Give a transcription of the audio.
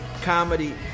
comedy